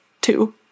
two